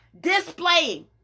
displaying